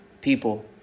people